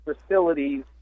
facilities